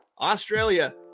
Australia